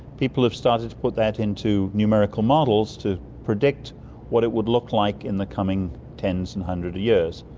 people have started to put that into numerical models to predict what it would look like in the coming tens and hundreds of years.